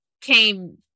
came